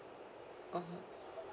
(uh huh)